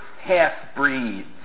half-breeds